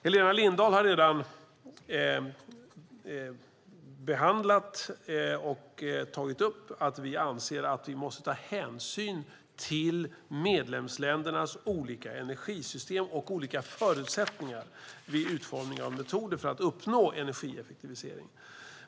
Helena Lindahl har redan tagit upp att vi anser att vi måste ta hänsyn till medlemsländernas olika energisystem och olika förutsättningar vid utformningen av metoder för att uppnå en energieffektivisering.